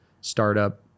startup